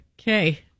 Okay